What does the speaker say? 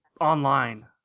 online